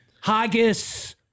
Haggis